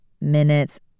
minutes